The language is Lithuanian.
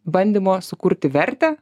bandymo sukurti vertę